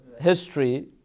history